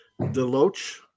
DeLoach